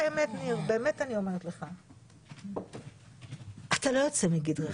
באמת אתה לא יוצא מגדרך,